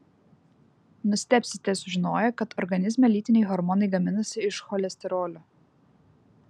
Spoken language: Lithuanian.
nustebsite sužinoję kad organizme lytiniai hormonai gaminasi iš cholesterolio